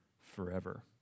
forever